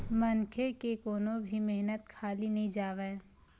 मनखे के कोनो भी मेहनत खाली नइ जावय